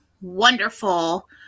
wonderful